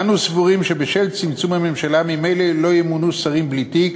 אנו סבורים שבשל צמצום הממשלה ממילא לא ימונו שרים בלי תיק.